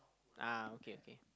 ah okay okay